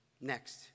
Next